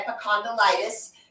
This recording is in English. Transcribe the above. epicondylitis